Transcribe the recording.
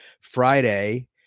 Friday